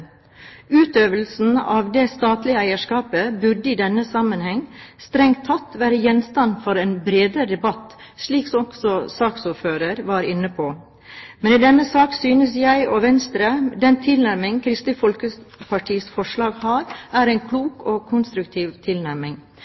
Utøvelsen av det statlige eierskapet burde i denne sammenhengen strengt tatt vært gjenstand for en bredere debatt, slik som også saksordføreren var inne på, men i denne saken synes vi i Venstre at den tilnærmingen Kristelig Folkepartis forslag har, er en klok og konstruktiv tilnærming.